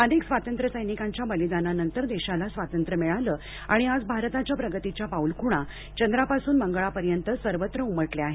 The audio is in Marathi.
अनेक स्वातंत्र्यसैनिकांच्या बलिदानानंतर देशाला स्वातंत्र्य मिळालं आणि आज भारताच्या प्रगतीच्या पाऊलखुणा चंद्रापासून मंगळापर्यंत सर्वत्र उमटल्या आहेत